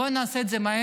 בואו נעשה את זה מהר,